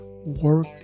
work